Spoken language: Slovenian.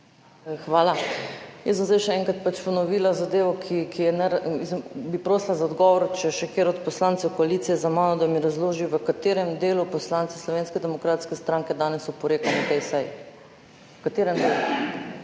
Hvala. Jaz bom zdaj še enkrat pač ponovila zadevo, bi prosila odgovor, če je še kateri od poslancev koalicije za mano, da mi razloži, v katerem delu poslanci Slovenske demokratske stranke danes oporekamo tej seji, v katerem delu?